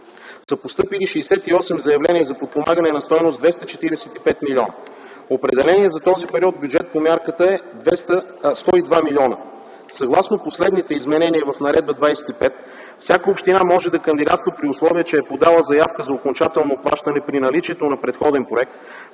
постъпили 68 заявления за подпомагане на стойност 245 милиона. Определеният бюджет за този период по мярката е 102 милиона. Съгласно последните изменения в Наредба № 25 всяка община може да кандидатства, при условие че е подала заявка за окончателно плащане при наличието на предходен проект,